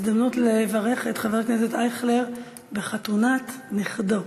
זו הזדמנות לברך את חבר הכנסת אייכלר על חתונת נכדו.